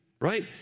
right